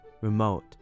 remote